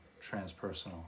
transpersonal